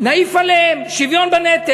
נעיף עליהם, שוויון בנטל.